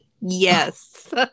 Yes